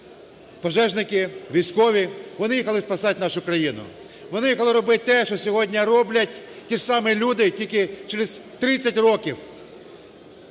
пожежники, військові, вони їхали спасати нашу країну. Вони їхали робити те, що сьогодні роблять ті ж самі люди, тільки через 30 років,